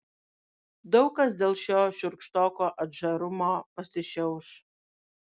daug kas dėl šio šiurkštoko atžarumo pasišiauš